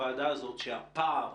הוועדה הזאת זה אולי אחד הנושאים שהפער